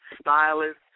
stylist